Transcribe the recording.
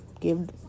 give